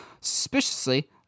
suspiciously